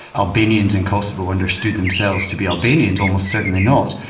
albanians in kosovo understood themselves to be albanians, almost certainly not.